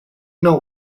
not